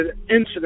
incident